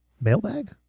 Mailbag